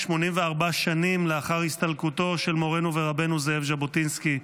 84 שנים לאחר הסתלקותו של מורנו ורבנו זאב ז'בוטינסקי,